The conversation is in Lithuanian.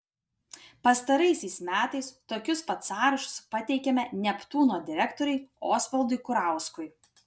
pastaraisiais metais tokius pat sąrašus pateikiame neptūno direktoriui osvaldui kurauskui